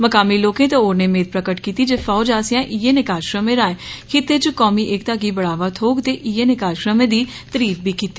मकामी लोकें ते होरनें मेद प्रगट कीती जे फौज आसेआ इयै नेह् कारजक्रमें राए खित्ते च कौमी ऐकता गी बढ़ावा थ्होग ते इयै नेह् कार्यक्रमें दी तारीफ बी कीती